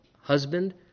husband